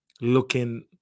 looking